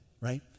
right